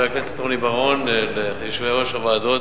הכנסת רוני בר-און וליושבי-ראש הוועדות,